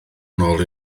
nôl